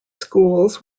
schools